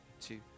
two